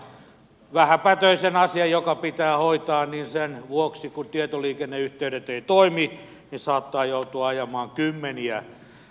vähäpätöisen asian vuoksi joka pitää hoitaa sen vuoksi kun tietoliikenneyhteydet eivät toimi saattaa joutua ajamaan kymmeniä kilometrejä